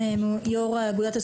נעים מאוד.